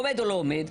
עומד או לא עומד.